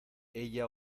ella